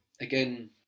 again